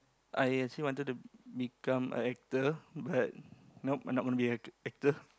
I actually wanted to become a actor but nope not gonna be act actor